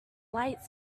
light